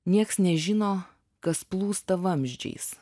nieks nežino kas plūsta vamzdžiais